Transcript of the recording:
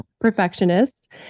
perfectionist